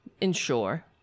ensure